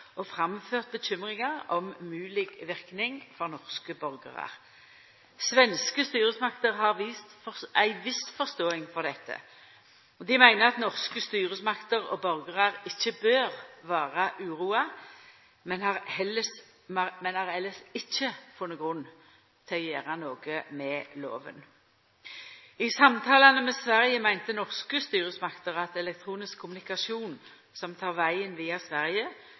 og framført bekymringar om mogleg verknad for norske borgarar. Svenske styresmakter har vist ei viss forståing for dette, dei meiner at norske styresmakter og borgarar ikkje bør vera uroa, men har elles ikkje funne grunn til å gjera noko med lova. I samtalane med Sverige meinte norske styresmakter at elektronisk kommunikasjon som tek vegen via Sverige,